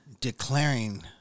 declaring